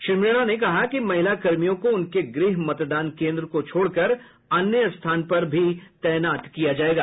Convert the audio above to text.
श्री मीणा ने कहा कि महिला कर्मियों को उनके गृह मतदान केन्द्र को छोड़कर अन्य स्थान पर तैनात किया जायेगा